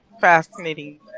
fascinating